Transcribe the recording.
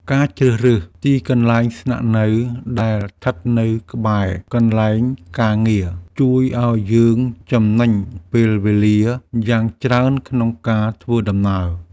ការជ្រើសរើសទីកន្លែងស្នាក់នៅដែលស្ថិតនៅក្បែរ កន្លែងការងារជួយឱ្យយើងចំណេញពេលវេលាយ៉ាងច្រើនក្នុងការធ្វើដំណើរ។